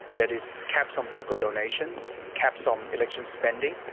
that is caps on political donations, caps on election spending,